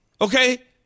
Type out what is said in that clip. Okay